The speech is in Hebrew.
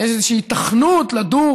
שיש איזושהי היתכנות לדור